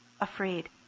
afraid